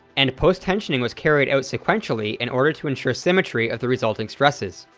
and post-tensioning was carried out sequentially in order to ensure symmetry of the resulting stresses.